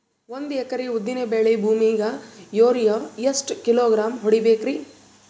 ಒಂದ್ ಎಕರಿ ಉದ್ದಿನ ಬೇಳಿ ಭೂಮಿಗ ಯೋರಿಯ ಎಷ್ಟ ಕಿಲೋಗ್ರಾಂ ಹೊಡೀಬೇಕ್ರಿ?